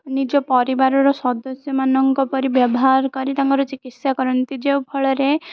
ନିଜ ପରିବାରର ସଦସ୍ୟମାନଙ୍କ ପରି ବ୍ୟବହାର କରି ତାଙ୍କର ଚିକିତ୍ସା କରନ୍ତି ଯେଉଁ ଫଳରେ